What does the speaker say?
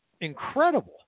incredible